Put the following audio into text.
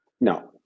No